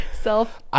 self